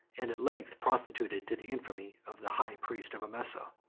and at length prostituted to the infamy of the high priest of emesa.